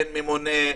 אין ממונה,